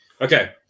Okay